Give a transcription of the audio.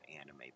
anime